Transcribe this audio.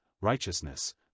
righteousness